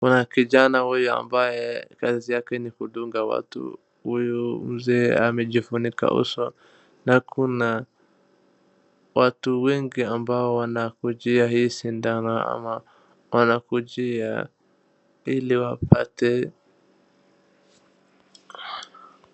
Kuna kijana huyu ambaye kazi yake ni kudunga watu. Huyu mzee amejifunika uso na kuna watu wengi ambao wanakujia hii sindano ama wanakujia ili wapate.